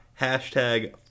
hashtag